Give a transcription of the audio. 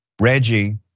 Reggie